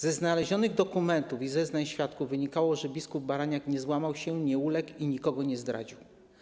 Ze znalezionych dokumentów i z zeznań świadków wynika, że bp Baraniak nie złamał się, nie uległ i nikogo nie zdradził.